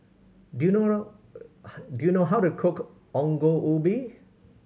do you know do you know how to cook Ongol Ubi